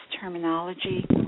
terminology